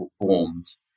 forms